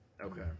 Okay